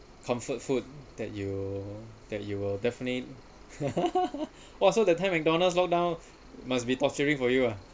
comfort food that you that you will definitely !wah! so the time McDonald's lock down must be torturing for you ah